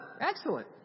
Excellent